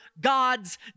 God's